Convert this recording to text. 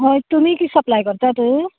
होय तुमी सप्लाय करतात